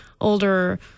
older